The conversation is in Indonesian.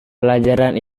pelajaran